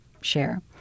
share